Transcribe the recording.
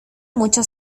mucho